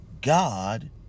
God